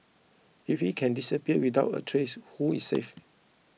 if he can disappear without a trace who is safe